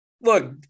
Look